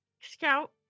scout